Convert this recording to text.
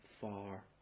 far